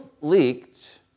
leaked